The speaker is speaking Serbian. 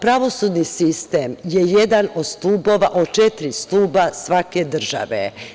Pravosudni sistem je jedan od četiri stuba svake države.